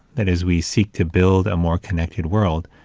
that as we seek to build a more connected world,